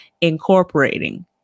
incorporating